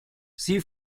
sie